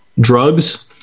drugs